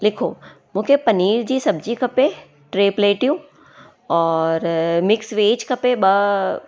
लिखो मूंखे पनीर जी सब्जी खपे टे प्लेटियूं और मिक्स वेज खपे ॿ